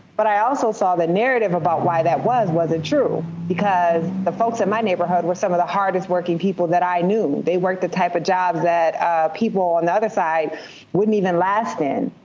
but i also saw the narrative about why that was wasn't true. because the folks in my neighborhood were some of the hardest working people that i knew. they worked the type of jobs that ah people on the other side wouldn't even last in.